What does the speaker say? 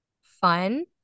fun